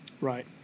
Right